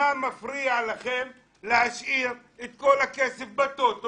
מה מפריע לכם להשאיר את כל הכסף בטוטו